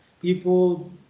people